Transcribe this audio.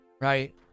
Right